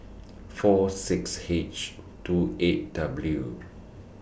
four six H two eight W